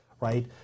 Right